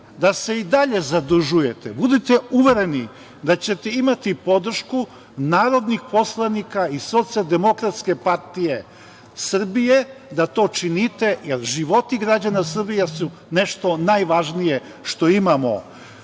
da se i dalje zadužujete, budite uvereni da ćete imati podršku narodnih poslanika iz SDPS da to činite, jer životi građana Srbije su nešto najvažnije što imamo.